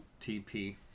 tp